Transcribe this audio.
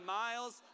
miles